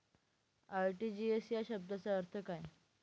RTGS या शब्दाचा अर्थ काय?